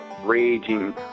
raging